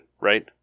right